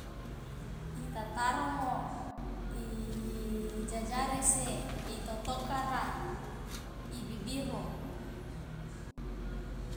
itataromo ijajarese itotokara ibibiru.